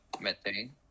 methane